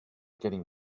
getting